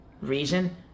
reason